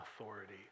authority